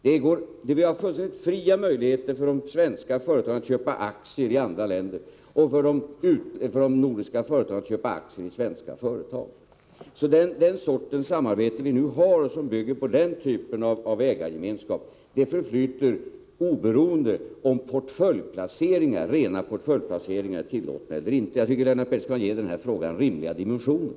De svenska företagen har fullständig frihet att köpa aktier i andra länder, och de nordiska företagen kan köpa aktier i svenska företag. Den sortens samarbete som vi har och som bygger på den typen av ägargemenskap förflyter oberoende av om rena portföljplaceringar är tillåtna eller inte. Jag tycker att Lennart Pettersson skall ge den här frågan rimliga dimensioner.